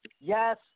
Yes